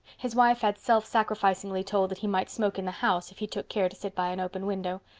his wife had self-sacrificingly told that he might smoke in the house if he took care to sit by an open window.